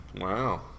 Wow